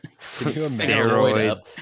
Steroids